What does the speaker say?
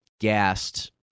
gassed